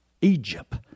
Egypt